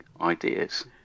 ideas